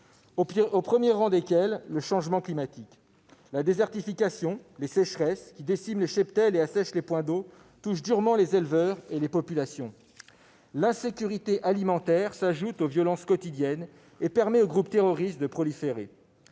au premier rang desquelles, le changement climatique. La désertification, les sécheresses, qui déciment les cheptels et assèchent les points d'eau, touchent durement les éleveurs et les populations. L'insécurité alimentaire s'ajoute aux violences quotidiennes et permet aux groupes terroristes de proliférer.